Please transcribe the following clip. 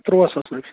ترواہ ساس رۄپیہِ